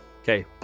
Okay